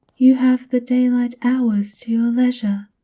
you have the daylight hours to leisure.